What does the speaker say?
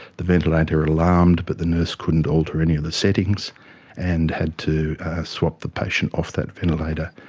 the ventilator alarmed but the nurse couldn't alter any of the settings and had to swap the patient off that ventilator,